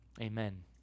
amen